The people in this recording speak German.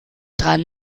dran